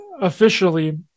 officially